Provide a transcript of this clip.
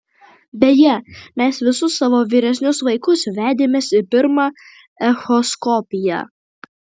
beje mes visus savo vyresnius vaikus vedėmės į pirmą echoskopiją